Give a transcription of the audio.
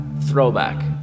throwback